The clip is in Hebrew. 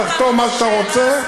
תחתום מה שאתה רוצה,